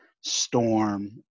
storm